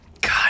God